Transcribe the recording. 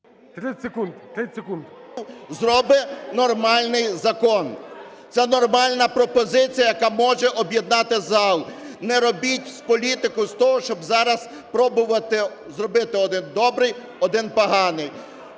І.О. …зробить нормальний закон. Це нормальна пропозиція, яка може об'єднати зал. Не робіть політику з того, щоб зараз пробувати зробити: один – добрий, один – поганий.